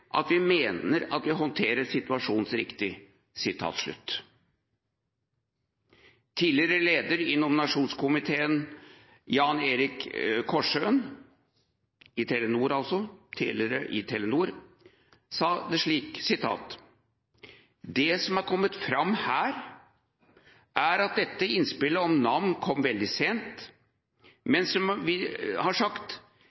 at vi mener at vi håndterte situasjonen riktig.» Tidligere leder i nominasjonskomiteen i Telenor, Jan Erik Korssjøen, sa det slik: «Det som er kommet fram her, er at dette innspillet om navn kom veldig sent.